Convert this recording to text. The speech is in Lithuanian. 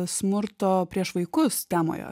smurto prieš vaikus temoje